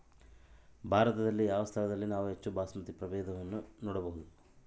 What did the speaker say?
ಭಾರತದಲ್ಲಿ ಯಾವ ಸ್ಥಳದಲ್ಲಿ ನಾವು ಹೆಚ್ಚು ಬಾಸ್ಮತಿ ಪ್ರಭೇದವನ್ನು ನೋಡಬಹುದು?